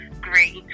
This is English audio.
great